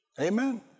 Amen